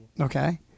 okay